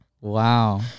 Wow